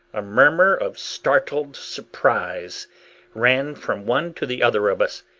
a murmur of startled surprise ran from one to the other of us.